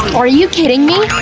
are you kidding me?